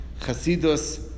Chasidus